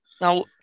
Now